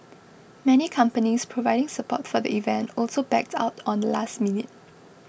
many companies providing support for the event also backed out on the last minute